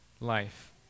life